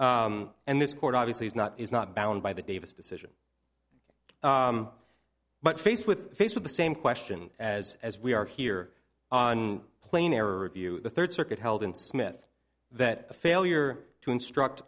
ok and this court obviously is not is not bound by the davis decision but faced with faced with the same question as as we are here on plain error review the third circuit held in smith that the failure to instruct